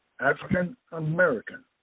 African-American